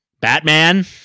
Batman